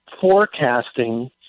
forecasting